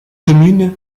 communes